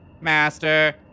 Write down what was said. master